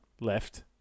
Left